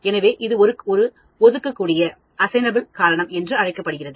எனவே அது ஒதுக்கக்கூடிய காரணம் என்று அழைக்கப்படுகிறது